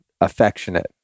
affectionate